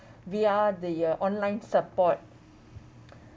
via the uh online support